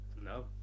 No